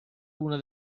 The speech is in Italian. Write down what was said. una